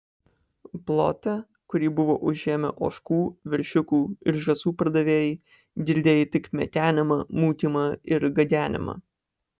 plote kurį buvo užėmę ožkų veršiukų ir žąsų pardavėjai girdėjai tik mekenimą mūkimą ir gagenimą